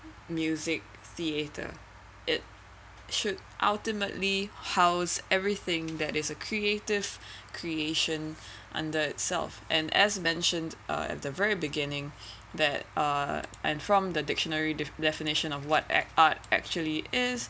music theatre it should ultimately house everything that is a creative creation under itself and as mentioned uh at the very beginning that uh and from the dictionary the definition of what an art actually is